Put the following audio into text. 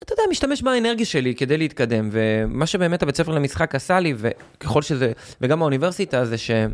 אתה יודע, משתמש באנרגי שלי כדי להתקדם, ומה שבאמת הבית ספר למשחק עשה לי זה ככל שזה, וגם האוניברסיטה, זה ש...